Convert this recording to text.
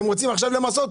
אתם רוצים עכשיו למסות?